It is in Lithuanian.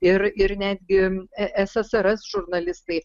ir ir netgi ssrs žurnalistai